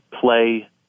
play